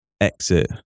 exit